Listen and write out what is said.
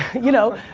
you know